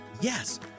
Yes